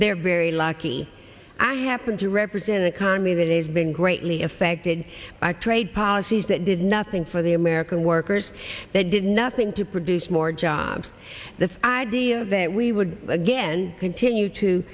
they are very lucky i happen to represent economy that is being greatly affected by trade policies that did nothing for the american workers that did nothing to produce more jobs the idea that we would again continue to